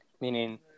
Meaning